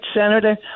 senator